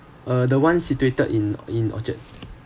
ah the one situated in in orchard